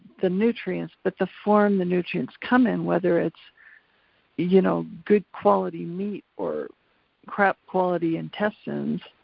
the nutrients, but the form the nutrients come in whether it's you know good quality meat or crap quality intestines,